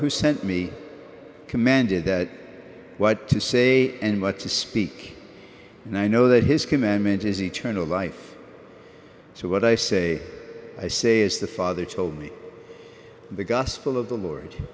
who sent me commanded that what to say and what to speak and i know that his commandment is eternal life so what i say i say as the father told me in the gospel of the lord